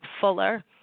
fuller